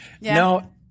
No